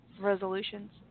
resolutions